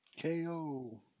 KO